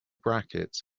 brackets